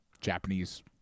Japanese